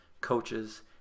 coaches